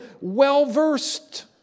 well-versed